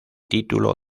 título